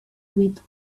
with